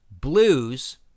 blues